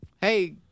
Hey